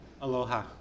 Aloha